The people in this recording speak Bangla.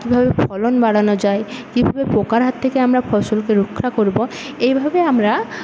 কীভাবে ফলন বাড়ানো যায় কীভাবে পোকার হাত থেকে আমরা ফসলকে রক্ষা করবো এইভাবে আমরা